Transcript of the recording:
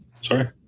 sorry